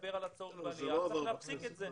מדבר על הצורך בעלייה, צריך להפסיק את זה.